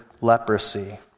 leprosy